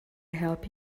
help